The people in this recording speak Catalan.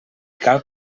cal